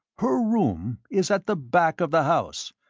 her room is at the back of the house,